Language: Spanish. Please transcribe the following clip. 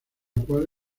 cual